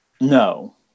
No